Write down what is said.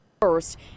First